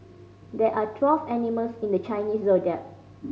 there are twelve animals in the Chinese Zodiac